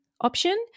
option